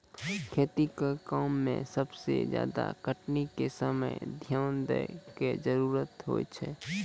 खेती के काम में सबसे ज्यादा कटनी के समय ध्यान दैय कॅ जरूरत होय छै